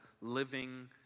living